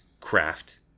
craft